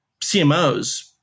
CMOs